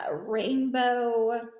rainbow